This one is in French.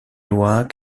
lois